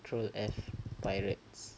troll as pirates